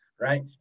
right